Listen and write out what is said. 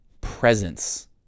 presence